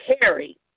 carry